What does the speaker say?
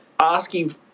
asking